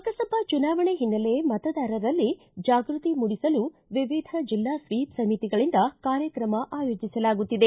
ಲೋಕಸಭಾ ಚುನಾವಣೆ ಹಿನ್ನೆಲೆ ಮತದಾರರಲ್ಲಿ ಜಾಗೃತಿ ಮೂಡಿಸಲು ವಿವಿಧ ಜಿಲ್ಲಾ ಸ್ವೀಪ ಸಮಿತಿಗಳಿಂದ ಕಾರ್ಯಕ್ರಮ ಆಯೋಜಿಸಲಾಗುತ್ತಿದೆ